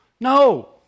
No